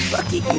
bucky, calm